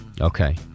Okay